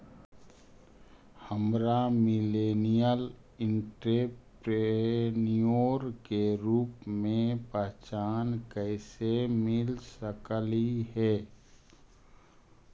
हमरा millennial entrepreneur के रूप में पहचान कइसे मिल सकलई हे?